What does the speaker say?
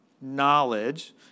knowledge